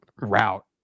route